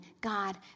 God